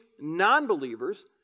non-believers